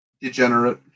Degenerate